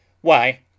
Why